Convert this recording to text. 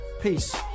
Peace